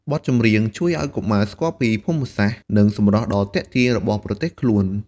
បទចម្រៀងជួយឲ្យកុមារស្គាល់ពីភូមិសាស្ត្រ និងសម្រស់ដ៏ទាក់ទាញរបស់ប្រទេសខ្លួន។